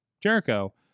Jericho